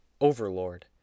Overlord